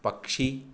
पक्षी